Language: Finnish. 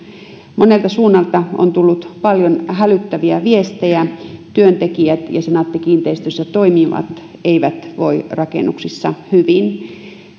monelta suunnalta on tullut paljon hälyttäviä viestejä työntekijät ja senaatin kiinteistöissä toimivat eivät voi rakennuksissa hyvin